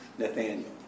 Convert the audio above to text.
Nathaniel